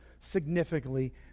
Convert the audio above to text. significantly